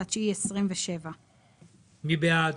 בדצמבר 2027'. מי בעד?